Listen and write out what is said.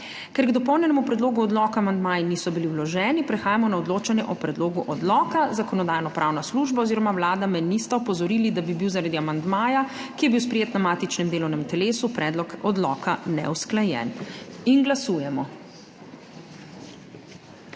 Ker k dopolnjenemu predlogu odloka amandmaji niso bili vloženi, prehajamo na odločanje o predlogu odloka. Zakonodajno-pravna služba oziroma Vlada me nista opozorili, da bi bil zaradi amandmaja, ki je bil sprejet na matičnem delovnem telesu, predlog odloka neusklajen. Glasujemo.